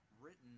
written